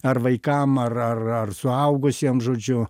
ar vaikam ar ar ar suaugusiem žodžiu